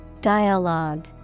Dialogue